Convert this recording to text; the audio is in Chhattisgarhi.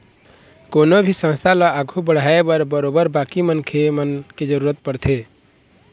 कोनो भी संस्था ल आघू बढ़ाय बर बरोबर बाकी मनखे मन के जरुरत पड़थे